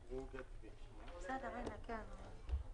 הינה הוא.